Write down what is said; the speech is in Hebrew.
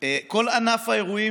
(קוראת בשמות חברי הכנסת)